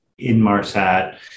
Inmarsat